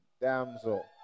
damsel